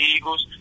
Eagles